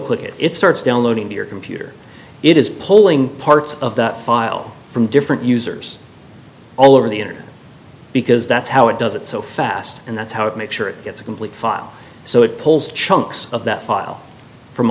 click it it starts downloading to your computer it is pulling parts of that file from different users all over the internet because that's how it does it so fast and that's how it make sure it gets a complete file so it pulls chunks of that file from